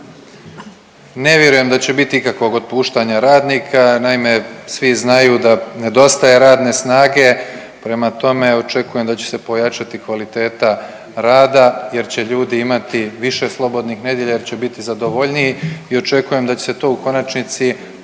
Ne vjerujem da će biti ikakvog otpuštanja radnika. Naime, svi znaju da nedostaje radne snage, prema tome očekujem da će se pojačati kvaliteta rada jer će ljudi imati više slobodnih nedjelja jer će biti zadovoljniji i očekujem da će se to u konačnici pozitivno